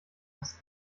das